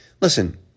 listen